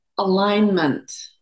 alignment